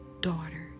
daughter